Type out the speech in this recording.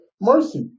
mercy